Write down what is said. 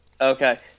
Okay